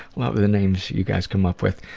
love the names you guys come up with,